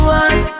one